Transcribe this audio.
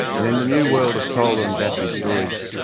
and in the new world of solar and battery storage,